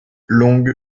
longue